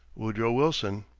woodrow wilson.